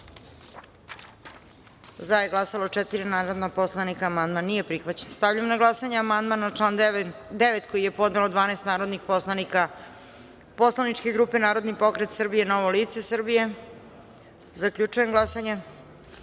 za – četiri narodna poslanika. Amandman nije prihvaćen. Stavljam na glasanje amandman na član 9. koji je podnelo 12 narodnih poslanika poslaničke grupe Narodni pokret Srbije i Novo lice Srbije. Zaključujem glasanje: